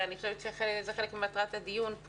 ואני חושבת שזה חלק ממטרת הדיון,